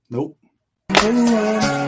Nope